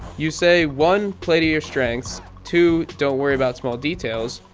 you say one, play to your strengths, two, don't worry about small details.